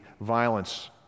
violence